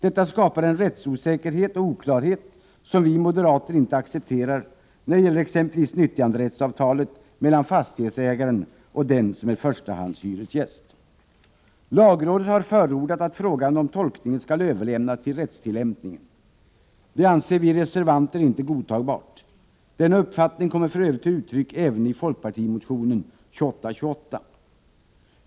Detta skapar en rättsosäkerhet och oklarhet som vi moderater inte accepterar när det gäller exempelvis nyttjanderättsavtalet mellan fastighetsägaren och den som är förstahandshyresgäst. Lagrådet har förordat att frågan om tolkningen skall överlämnas till rättstillämpningen. Det anser vi reservanter inte godtagbart. Denna uppfattning kommer för övrigt till uttryck även i folkpartimotionen 2828.